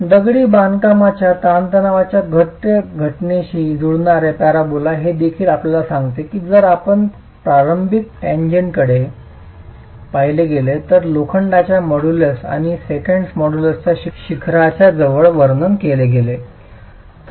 दगडी बांधकामाच्या ताणतणावाच्या घट्ट घटनेशी जुळणारे पॅराबोला हे देखील आपल्याला सांगते की जर आपणास प्रारंभिक टेंजेंटकडे पाहिले गेले तर लोखंडाच्या मॉड्यूलस आणि सेकंद मॉड्यूलसच्या शिखराच्या जवळ वर्णन केले गेले तर